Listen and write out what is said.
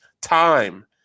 time